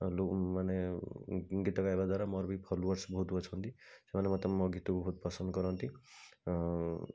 ମାନେ ଗୀତ ଗାଇବାଦ୍ୱାରା ମୋର ବି ଫଲୋଅର୍ସ୍ ବହୁତ ଅଛନ୍ତି ସେମାନେ ମୋତେ ମୋ ଗୀତକୁ ବହୁତ ପସନ୍ଦକରନ୍ତି ଆଉ